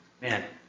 man